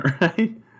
Right